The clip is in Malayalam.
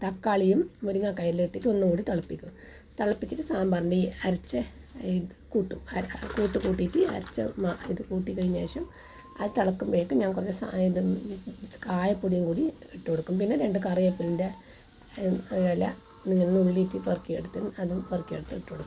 തക്കാളിയും മുരിങ്ങക്കായും എല്ലാം ഇട്ടിട്ട് ഒന്നുകൂടി തിളപ്പിക്കും തിളപ്പിച്ചിട്ട് സാമ്പാറിൻ്റെ ഈ അരച്ച ഈ കൂട്ടും അര കൂട്ട് കൂട്ടിയിട്ട് ചെ ഇത് കൂട്ടി കഴിഞ്ഞ ശേഷം അത് തിളക്കുമ്പോഴേക്കും ഞാൻ കുറച്ച് സാധന ഇത് കായപ്പൊടിയും കൂടി ഇട്ട് കൊടുക്കും പിന്നെ രണ്ട് കറിവേപ്പിൻ്റെ ഇല നുള്ളിയിട്ട് പറക്കി അതും പറക്കി എടുത്ത് ഇട്ടു കൊടുക്കും